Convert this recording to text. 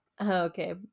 Okay